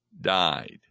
died